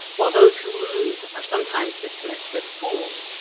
while those who lose are sometimes dismissed as fools.